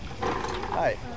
Hi